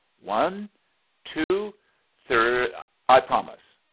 one two thrrr i promise!